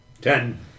Ten